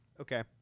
Okay